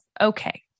okay